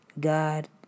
God